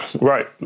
Right